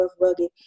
rugged